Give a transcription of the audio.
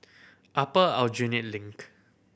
Upper Aljunied Link